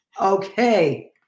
Okay